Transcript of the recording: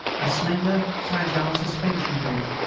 a slender, fragile suspension-bridge,